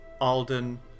Alden